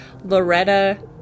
Loretta